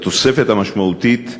התוספת המשמעותית,